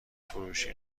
فروشی